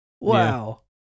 wow